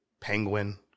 Penguin